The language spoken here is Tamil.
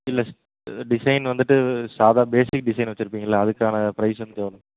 இல்லை டிசைன் வந்துட்டு சாதா பேசிக் டிசைன் வச்சிருப்பிங்கல்ல அதுக்கான ப்ரைஸ் வந்துட்டு எவ்வளோ